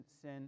sin